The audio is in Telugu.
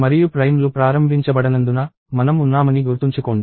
మరియు ప్రైమ్లు ప్రారంభించబడనందున మనం ఉన్నామని గుర్తుంచుకోండి